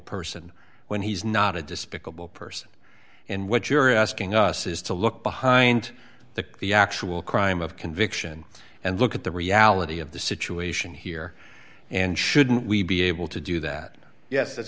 person when he's not a despicable person and what you're asking us is to look behind the the actual crime of conviction and look at the reality of the situation here and should we be able to do that yes that's